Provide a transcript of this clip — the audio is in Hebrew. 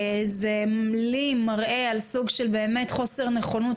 זה מראה לי באמת סוג של חוסר נכונות,